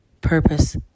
purpose